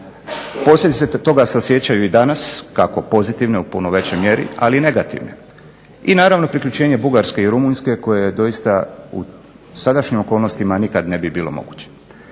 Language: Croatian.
Posljedice toga se osjećaju i danas, kako pozitivno u puno većoj mjeri, ali i negativne. I naravno priključenje Bugarske i Rumunjske kojoj dosita u sadašnjim okolnostima nikada ne bi bilo moguće.